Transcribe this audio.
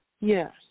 Yes